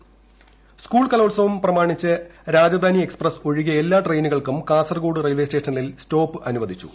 കലോത്സവം train school Kalolsavam പ്രമാണിച്ച് Rajdhani express ഒഴികെ എല്ലാ ട്രെയിനുകൾക്കും കാസർകോട് റെയിൽവേ സ്റ്റേഷനിൽ സ്റ്റോപ്പ് അനുവദിച്ചിട്ടുണ്ട്